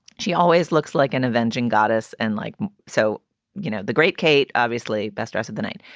she always looks like an avenging goddess. and like so you know, the great kate, obviously best dressed of the night.